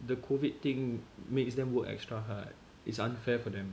the COVID thing makes them work extra hard is unfair for them